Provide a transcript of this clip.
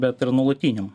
bet ir nuolatiniam